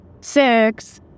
Six